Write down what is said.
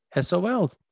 SOL